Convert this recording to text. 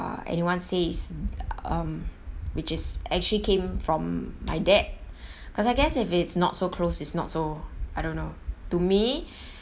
anyone say is um which is actually came from my dad because I guess if it's not so close is not so I don't know to me